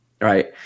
Right